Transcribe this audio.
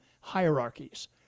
hierarchies